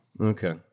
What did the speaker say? Okay